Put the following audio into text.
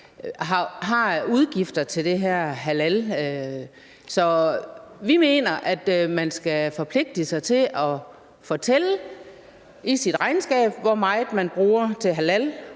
af udgifter til det her halal. Så vi mener, at man skal forpligte sig til at fortælle i sit regnskab, hvor meget man bruger til halal,